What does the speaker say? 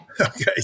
okay